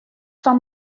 fan